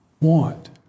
want